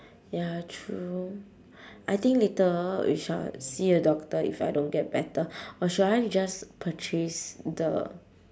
ya true I think later we shall see a doctor if I don't get better or should I just purchase the